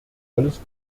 alles